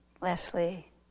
Leslie